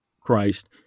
Christ